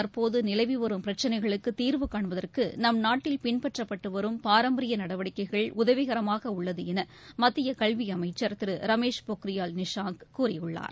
தற்போதுநிலவிவரும் ச்வதேசஅளவில் காண்பதற்குநம் நாட்டில் பின்பற்றப்பட்டுவரும் பாரம்பரியநடவடிக்கைகள் உதவிகரமாகஉள்ளதுஎனமத்தியகவ்விஅமைச்சா் திருரமேஷ் பொக்ரியால் நிஷாங் கூறியுள்ளார்